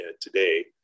today